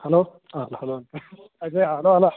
hello hello ಅದೆ ಹಾಂ hello hello